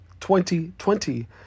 2020